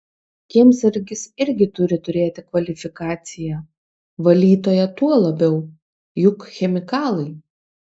kiemsargis irgi turi turėti kvalifikaciją valytoja tuo labiau juk chemikalai